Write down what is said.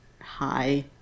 Hi